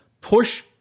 push